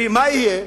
ומה יהיה?